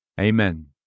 Amen